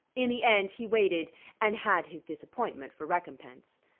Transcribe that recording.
in the end he waited and had his disappointment for recompense.